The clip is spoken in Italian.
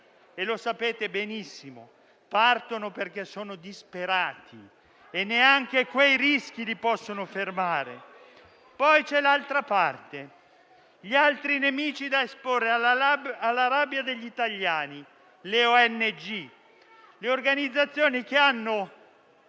e lo sapete benissimo. Partono perché sono disperati e neanche quei rischi li possono fermare. Poi c'è l'altra parte, gli altri nemici da esporre alla rabbia degli italiani: le ONG, le organizzazioni che hanno